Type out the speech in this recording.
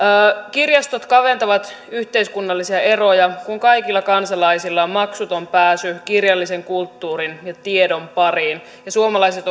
kirjastot kaventavat yhteiskunnallisia eroja kun kaikilla kansalaisilla on maksuton pääsy kirjallisen kulttuurin ja tiedon pariin ja suomalaiset